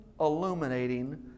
illuminating